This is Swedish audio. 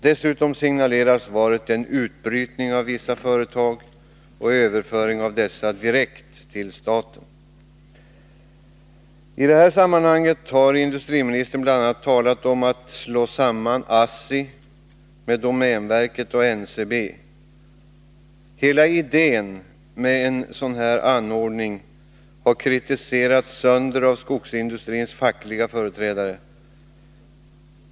Dessutom signalerar svaret en utbrytning av vissa företag och överföring av dessa direkt till staten. I detta sammanhang har industriministern bl.a. talat om att slå samman ASSI med domänverket och NCB. Hela idén med en sådan anordning har kritiserats sönder av skogsindustrins fackliga företrädare.